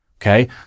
Okay